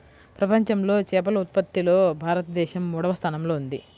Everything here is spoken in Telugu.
ప్రపంచంలో చేపల ఉత్పత్తిలో భారతదేశం మూడవ స్థానంలో ఉంది